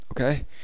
Okay